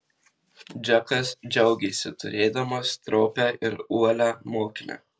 džekas džiaugėsi turėdamas stropią ir uolią mokinę